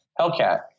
Hellcat